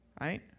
right